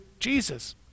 jesus